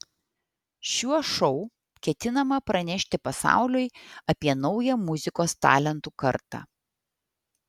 šiuo šou ketinama pranešti pasauliui apie naują muzikos talentų kartą